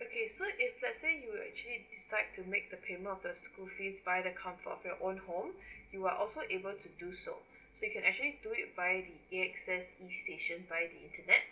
okay so if let's say you'll actually decide to make the payment of the school fees by the comfort of your own home you are also able to do so so you can actually do it by the A_X_S E station via the internet